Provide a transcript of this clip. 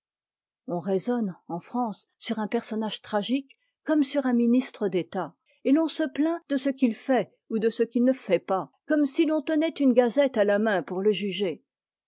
on raisonne en france sur un personnage tragique comme sur un ministre d'état et l'on se plaint de ce qu'il fait ou de ce qu'il ne fait pas comme si l'on tenait une gazette à la main pour le juger